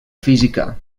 física